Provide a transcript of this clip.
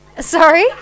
Sorry